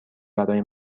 برای